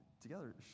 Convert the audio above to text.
together